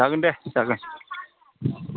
जागोन दे जागोन